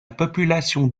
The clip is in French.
population